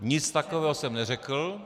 Nic takového jsem neřekl.